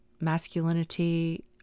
masculinity